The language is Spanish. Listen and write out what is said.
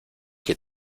que